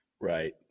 Right